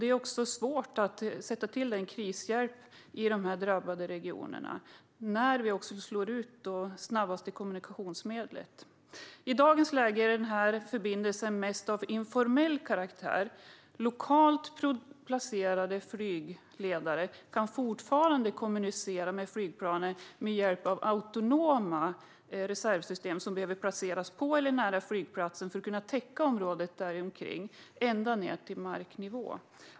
Det är också svårt att sätta in krishjälp i de drabbade regionerna när vi slår ut det snabbaste kommunikationsmedlet. I dagens läge är denna förbindelse mest av informell karaktär. Lokalt placerade flygledare kan fortfarande kommunicera med flygplanen med hjälp av autonoma reservsystem som behöver placeras på eller nära flygplatsen för att kunna täcka området däromkring ända ned till marknivå.